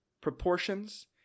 proportions